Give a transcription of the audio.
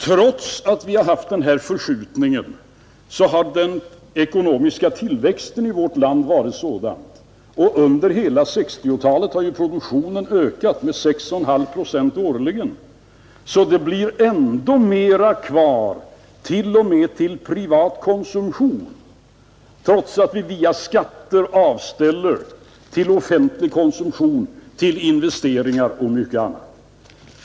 Trots att vi haft denna relativa förskjutning har den ekonomiska tillväxten i vårt land varit sådan — under hela 1960-talet har ju produktionen ökat med 6,5 procent årligen — att det blir ännu mera kvar t.o.m. till privatkonsumtion, även om vi via skatterna avställer till offentlig konsumtion, till investeringar och till mycket annat.